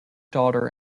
daughter